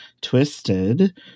twisted